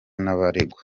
n’abaregwa